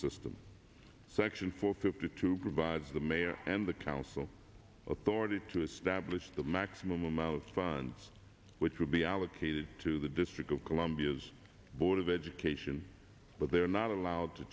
system section four fifty two provides the mayor and the council a priority to establish the maximum amount of funds which would be allocated to the district of columbia's board of education but they are not allowed to